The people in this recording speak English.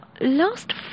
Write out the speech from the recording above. last